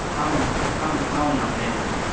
అవును అవును అవునవును నేనే మేడం